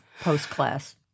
post-class